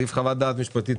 סעיף חוות הדעת המשפטית,